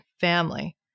family